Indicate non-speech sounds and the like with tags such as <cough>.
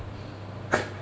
<laughs>